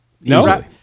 No